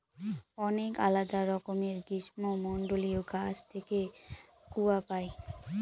অনেক আলাদা রকমের গ্রীষ্মমন্ডলীয় গাছ থেকে কূয়া পাই